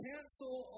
Cancel